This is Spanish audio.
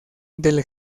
del